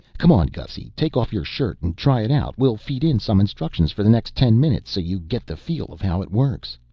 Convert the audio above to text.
come on, gussy, take off your shirt and try it out. we'll feed in some instructions for the next ten minutes so you get the feel of how it works.